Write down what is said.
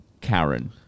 Karen